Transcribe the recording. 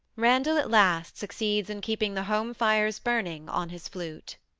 randall at last succeeds in keeping the home fires burning on his flute.